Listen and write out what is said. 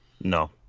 No